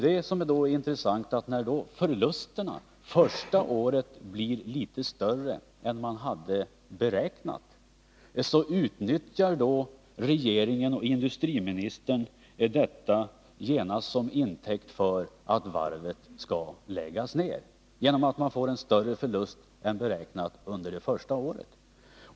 När då förlusterna första året blir litet större än man hade beräknat, utnyttjar regeringen och industriministern detta genast som intäkt för att varvet skall läggas ner.